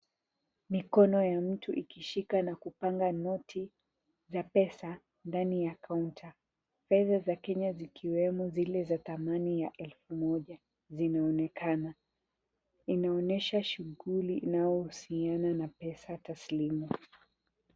Mikono ya mtu ikishika na kupanga noti za pesa ndani ya kaunta, pesa za Kenya zikiwemo zile za thamani ya za elfu moja, zinaonekana. Inaonyesha shughuli inayohusiana na pesa taslimu.